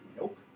Nope